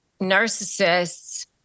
narcissists